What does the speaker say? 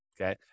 okay